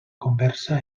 conversa